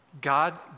God